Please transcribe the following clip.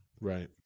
right